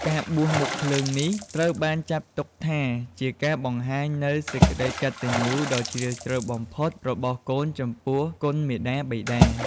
ការបួសមុខភ្លើងនេះត្រូវបានចាត់ទុកថាជាការបង្ហាញនូវសេចក្ដីកតញ្ញូដ៏ជ្រាលជ្រៅបំផុតរបស់កូនចំពោះគុណមាតាបិតា។